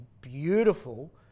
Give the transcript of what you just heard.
beautiful